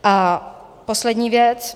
A poslední věc.